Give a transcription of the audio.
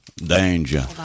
Danger